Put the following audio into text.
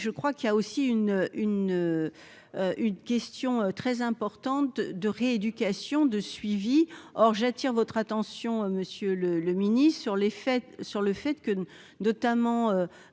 je crois qu'il y a aussi une une une question très importante de rééducation de suivi, or j'attire votre attention, monsieur le le mini sur les fêtes sur le fait que notamment